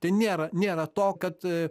ten nėra nėra to kad